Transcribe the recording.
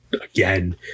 again